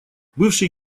бывший